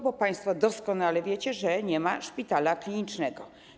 Bo państwo doskonale wiecie, że nie ma szpitala klinicznego.